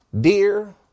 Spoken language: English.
Dear